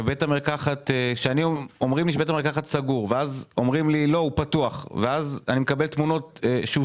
שבית המרקחת פתוח כשאני מקבל תמונות שמראות שהוא